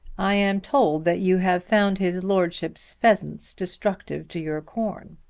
i am told that you have found his lordship's pheasants destructive to your corn.